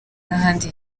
n’ahandi